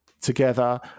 Together